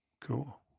Cool